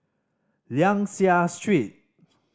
Liang Seah Street